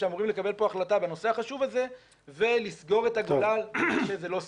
שאמורים לקבל פה החלטה בנושא החשוב הזה ולסגור את הגולל שזה לא סביר.